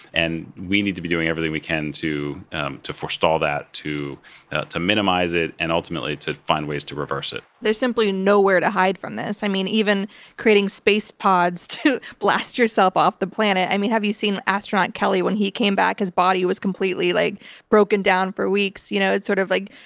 and we need to be doing everything we can to to forestall that, to to minimize it, and ultimately to find ways to reverse it. there's simply nowhere to hide from this. i mean, even creating space pods to blast yourself off the planet. i mean, have you seen astronaut kelly? when he came back, his body was completely like broken down for weeks. you know it's sort of like,